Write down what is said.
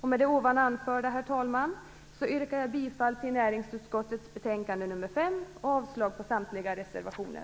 Med det anförda, herr talman, yrkar jag bifall till hemställan i näringsutskottets betänkande nr 5 och avslag på samtliga reservationer.